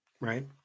right